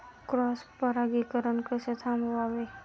Cross परागीकरण कसे थांबवावे?